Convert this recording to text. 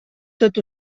tot